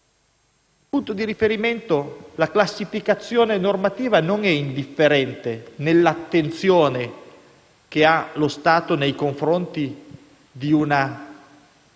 Il punto di riferimento, la classificazione normativa non è indifferente nell'attenzione che lo Stato ha nei confronti di una